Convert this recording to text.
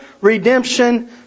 redemption